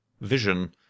vision